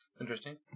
Interesting